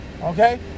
okay